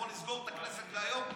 בואו נסגור את הכנסת להיום,